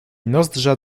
nozdrza